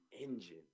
engine